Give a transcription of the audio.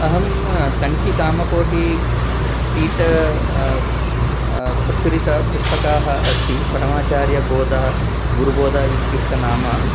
अहं कञ्चिकामकोटि पीठे प्रसुरिता पुस्तकानि अस्ति परमाचार्यबोधः गुरुबोधः इत्युक्त नाम